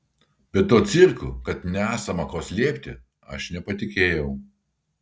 bet tuo cirku kad nesama ko slėpti aš nepatikėjau